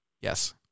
Yes